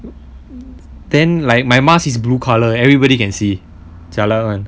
then like my mask is blue colour everybody can see jialat [one]